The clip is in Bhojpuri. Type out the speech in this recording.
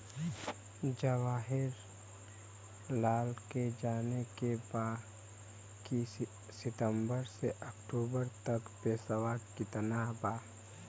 जवाहिर लाल के जाने के बा की सितंबर से अक्टूबर तक के पेसवा कितना बा?